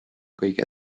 kõige